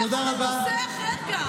תקשיבו לחברת הכנסת טלי גוטליב.